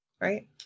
right